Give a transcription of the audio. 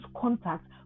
contact